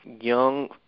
young